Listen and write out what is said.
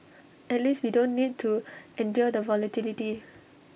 at least we don't need to endure the volatility